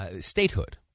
statehood